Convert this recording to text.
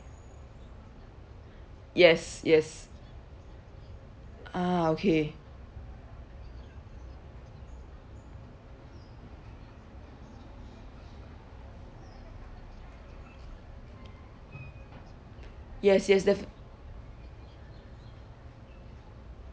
yes yes ah okay yes yes defi~